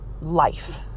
life